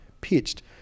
pitched